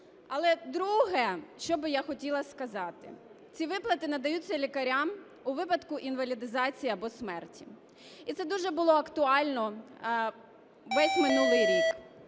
Але друге, що би я хотіла сказати, ці виплати надаються лікарям у випадку інвалідизації або смерті, і це дуже було актуально весь минулий рік.